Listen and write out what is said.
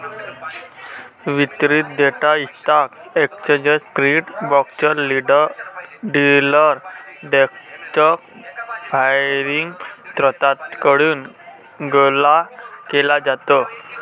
वितरित data stock exchange feed, brokers, dealer desk filing स्त्रोतांकडून गोळा केला जातो